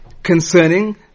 concerning